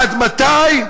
עד מתי?